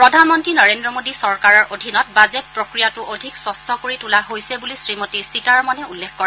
প্ৰধানমন্ত্ৰী নৰেন্দ্ৰ মোদী চৰকাৰৰ অধীনত বাজেট প্ৰক্ৰিয়াটো অধিক স্বছ্ কৰি তোলা হৈছে বুলি শ্ৰীমতী সীতাৰমণে উল্লেখ কৰে